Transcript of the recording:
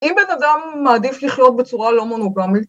אם בן אדם מעדיף לחיות בצורה לא מונוגמית